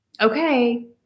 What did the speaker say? okay